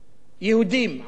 יהודים עשו את הסקר.